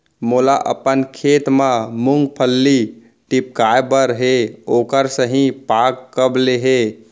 मोला अपन खेत म मूंगफली टिपकाय बर हे ओखर सही पाग कब ले हे?